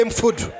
food